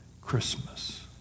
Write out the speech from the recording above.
Christmas